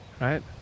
right